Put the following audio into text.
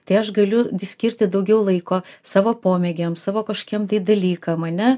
tai aš galiu skirti daugiau laiko savo pomėgiams savo kažkokiem tai dalykam ane